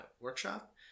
workshop